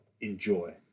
enjoy